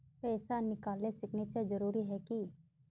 पैसा निकालने सिग्नेचर जरुरी है की?